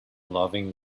loving